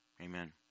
Amen